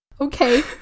Okay